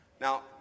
Now